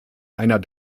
einer